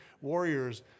Warriors